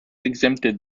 exempted